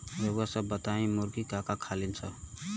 रउआ सभ बताई मुर्गी का का खालीन सब?